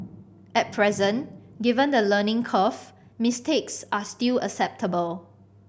at present given the learning curve mistakes are still acceptable